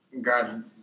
God